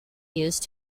used